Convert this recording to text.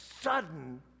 sudden